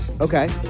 Okay